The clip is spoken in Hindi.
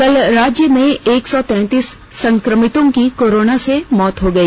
कल राज्य में एक सौ तैंतीस संक्रमितों की कोरोना से मौत हो गई